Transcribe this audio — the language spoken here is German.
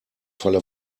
falle